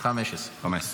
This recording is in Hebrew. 15, בבקשה.